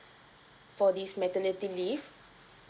for this maternity leave